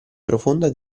profonda